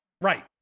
right